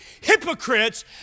hypocrites